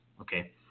okay